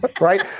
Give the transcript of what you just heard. right